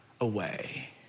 away